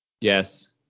Yes